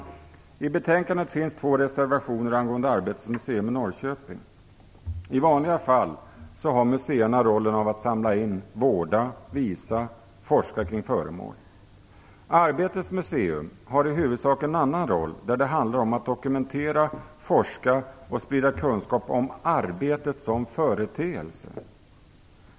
Till betänkandet har fogats två reservationer angående Arbetets museum i Norrköping. I vanliga fall har museerna rollen att samla in, vårda, visa och forska kring föremål. Arbetets museum har i huvudsak en annan roll, där det handlar om att dokumentera, forska och sprida kunskap om "arbetet" som företeelse.